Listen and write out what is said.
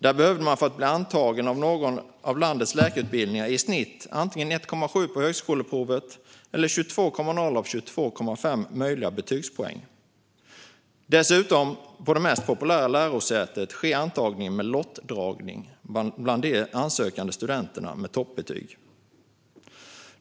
Där behövde man för att bli antagen till någon av landets läkarutbildningar i snitt antingen 1,7 på högskoleprovet eller betygspoängen 22,0 av 22,5 möjliga. På det mest populära lärosätet sker dessutom antagningen med lottdragning bland sökande studenter med toppbetyg.